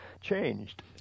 changed